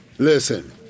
Listen